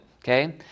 okay